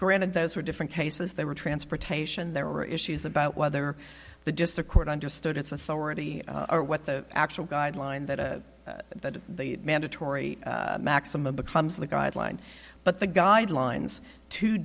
granted those were different cases they were transportation there were issues about whether the just the court understood its authority or what the actual guideline that a that the mandatory maximum becomes the guideline but the guidelines to